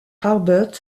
harbert